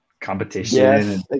competition